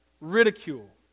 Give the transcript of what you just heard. Ridicule